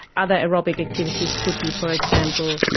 other aerobic activities could be, for example,